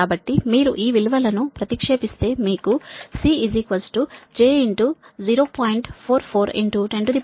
కాబట్టి మీరు ఈ విలువలను ప్రతిక్షేపిస్తే మీకు C j 0